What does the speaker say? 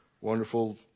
wonderful